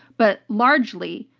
but largely,